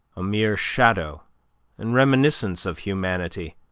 a mere shadow and reminiscence of humanity,